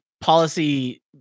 policy